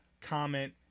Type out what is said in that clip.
comment